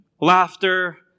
laughter